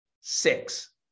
Six